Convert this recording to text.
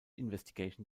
investigation